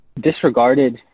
disregarded